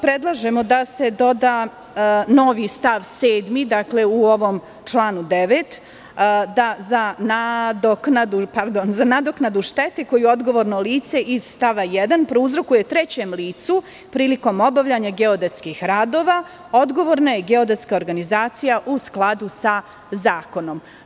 Predlažemo da se doda novi stav 7. u ovom članu 9. – za nadoknadu štete koju odgovorno lice iz stava 1. prouzrokuje trećem licu prilikom obavljanja geodetskih radova odgovorna je geodetska organizacija u skladu sa zakonom.